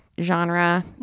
genre